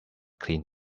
clean